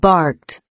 Barked